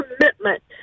commitment